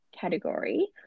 category